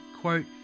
quote